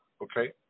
Okay